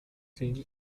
seen